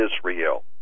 Israel